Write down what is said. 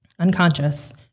Unconscious